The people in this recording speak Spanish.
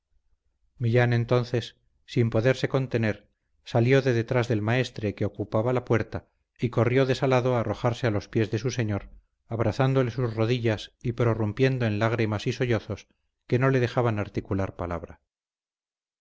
millán entonces sin poderse contener salió de detrás del maestre que ocupaba la puerta y corrió desalado a arrojarse a los pies de su señor abrazándole sus rodillas y prorrumpiendo en lágrimas y sollozos que no le dejaban articular palabra